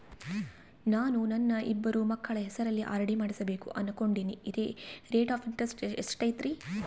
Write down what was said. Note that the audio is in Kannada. ನಾನು ನನ್ನ ಇಬ್ಬರು ಮಕ್ಕಳ ಹೆಸರಲ್ಲಿ ಆರ್.ಡಿ ಮಾಡಿಸಬೇಕು ಅನುಕೊಂಡಿನಿ ರೇಟ್ ಆಫ್ ಇಂಟರೆಸ್ಟ್ ಎಷ್ಟೈತಿ?